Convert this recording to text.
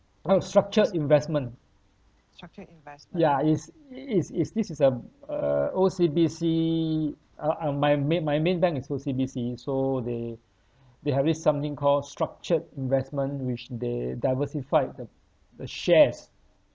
uh structured investment ya is is is this is a uh O_C_B_C uh um my main my main bank is O_C_B_C so they they have this something called structured investment which they diversified the the shares